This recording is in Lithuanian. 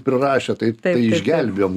prirašė taip išgelbėjom